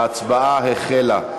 ההצבעה החלה.